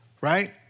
right